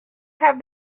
have